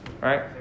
right